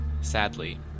sadly